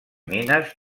mines